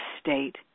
state